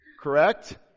Correct